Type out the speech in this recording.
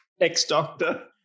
ex-doctor